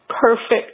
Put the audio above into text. perfect